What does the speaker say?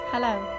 Hello